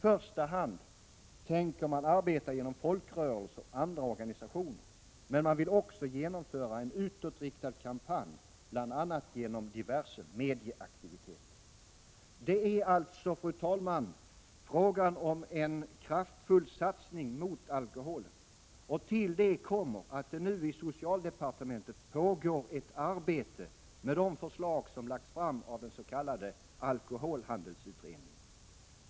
I första hand tänker man arbeta genom folkrörelser och andra organisationer, men man vill också genomföra en utåtriktad kampanj, bl.a. genom diverse medieaktiviteter. Fru talman! Det är alltså fråga om en kraftfull satsning mot alkoholen. Till detta kommer att det nu i socialdepartementet pågår arbete med de förslag som lagts fram av den s.k. alkoholhandelsutredningen.